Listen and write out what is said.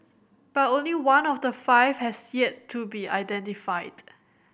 but only one of the five has yet to be identified